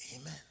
Amen